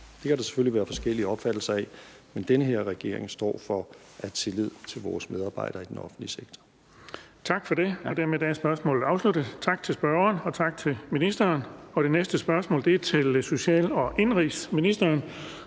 Det kan der selvfølgelig være forskellige opfattelser af, men den her regering står for at have tillid til vores medarbejdere i den offentlige sektor.